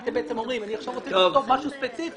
אתם בעצם אומרים שאתם עכשיו רוצים לכתוב משהו ספציפי.